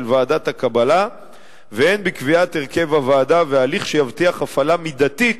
של ועדת הקבלה והן בקביעת הרכב הוועדה והליך שיבטיח הפעלה מידתית